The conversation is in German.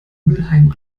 mülheim